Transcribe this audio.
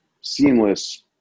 seamless